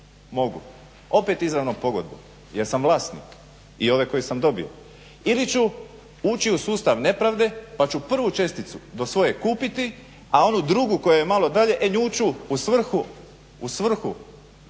Mogu opet izravnom pogodbom jer sam vlasnik i ove koje sam dobio ili ću ući u sustav nepravde pa ću prvu česticu do svoje kupiti a onu drugu koja je malo dalje, e nju ću u svrhu